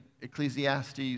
Ecclesiastes